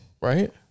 Right